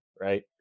right